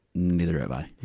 neither have i.